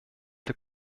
der